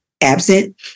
absent